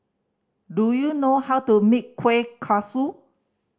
do you know how to make kueh kosui